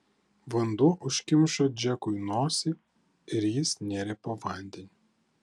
vanduo užkimšo džekui nosį ir jis nėrė po vandeniu